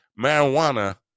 marijuana